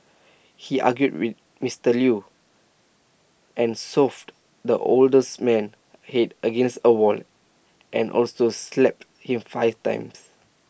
he argued with Mister Lew and shoved the older man's Head against A wall and also slapped him five times